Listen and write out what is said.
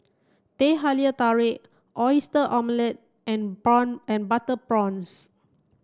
Teh Halia Tarik oyster omelette and prawn butter prawns